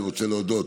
אני רוצה להודות